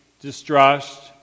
distrust